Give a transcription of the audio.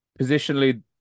positionally